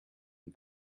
and